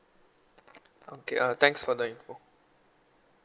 okay uh thanks for the info